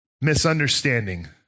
misunderstanding